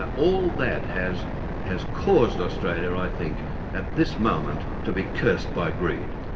ah all that has has caused australia i think at this moment to be cursed by greed.